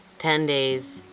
ten days.